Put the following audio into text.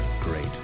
great